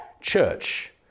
church